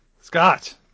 Scott